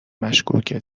مشکوکه